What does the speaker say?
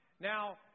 Now